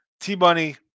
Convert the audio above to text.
T-Bunny